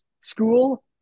school